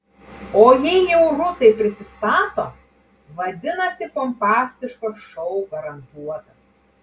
o jei jau rusai prisistato vadinasi pompastiškas šou garantuotas